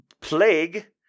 Plague